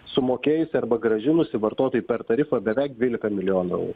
sumokėjusi arba grąžinusi vartotojui per tarifą beveik dvylika milijonų eurų